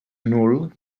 nul